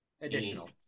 additional